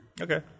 Okay